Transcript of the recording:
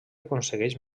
aconsegueix